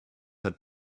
had